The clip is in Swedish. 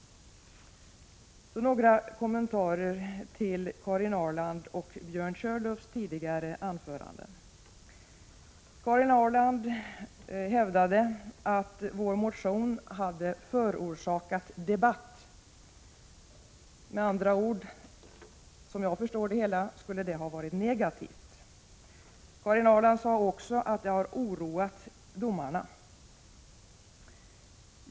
Så några kommentarer till Karin Ahrlands och Björn Körlofs tidigare anföranden. Karin Ahrland hävdade att vår motion hade förorsakat debatt. Det skulle med andra ord ha varit negativt. Hon sade också att det har oroat domarna.